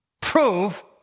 prove